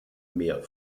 mehr